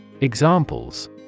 Examples